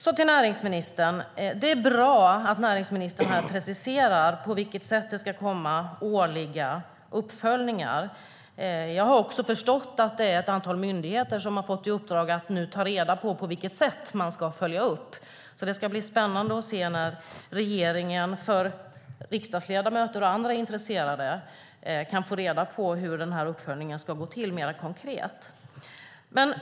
Det är bra att näringsministern här preciserar på vilket sätt det ska göras årliga uppföljningar. Jag har förstått att det är ett antal myndigheter som har fått i uppdrag att ta reda på hur man ska följa upp. Det ska bli spännande att se hur riksdagsledamöter och andra intresserade kan få reda på hur uppföljningen ska gå till mer konkret.